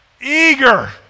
eager